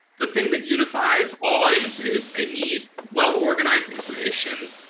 the thing that unifies all audiences, they need well-organized information,